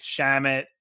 Shamit